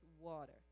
water